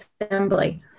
assembly